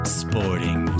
sporting